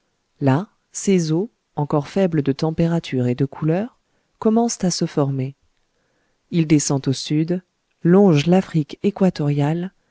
là ses eaux encore faibles de température et de couleur commencent à se former il descend au sud longe l'afrique équatoriale